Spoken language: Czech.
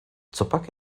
copak